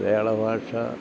മലയാള ഭാഷ